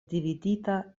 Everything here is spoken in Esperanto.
dividita